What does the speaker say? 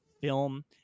film